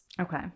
Okay